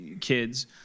kids